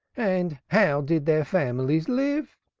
and how did their families live?